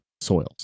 soils